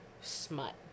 smut